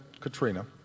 Katrina